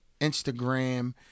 Instagram